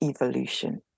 evolution